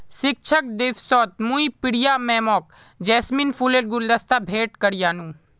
शिक्षक दिवसत मुई प्रिया मैमक जैस्मिन फूलेर गुलदस्ता भेंट करयानू